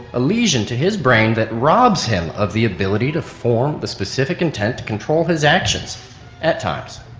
a lesion to his brain that robs him of the ability to form the specific intent to control his actions at times.